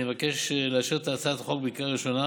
אני מבקש לאשר את הצעת החוק בקריאה ראשונה